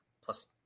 plus